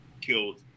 killed